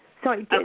Sorry